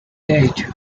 eight